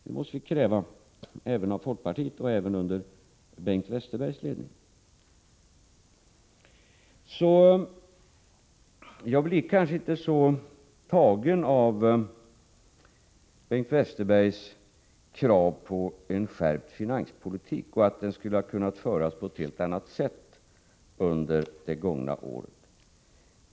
Det måste vi kräva också Jag blir kanske inte så tagen av Bengt Westerbergs krav på en skärpning av finanspolitiken och att denna skulle ha kunnat föras på ett helt annat sätt under det gångna året.